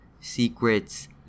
Secrets